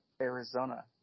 Arizona